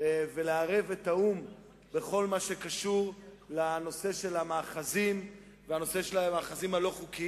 ולערב את האו"ם בכל מה שקשור לנושא המאחזים הלא-חוקיים.